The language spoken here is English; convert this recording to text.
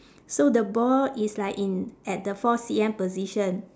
so the ball is like in at the four C_M position